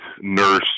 nurse